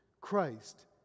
Christ